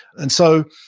and so